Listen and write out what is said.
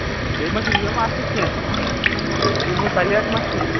بیٚیہِ مہ چھُو یِم اَتھ سۭتۍ کیٚنہہ چیٖنوٗ پَلیٹ مہ چھُ کیٚنہہ